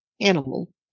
animal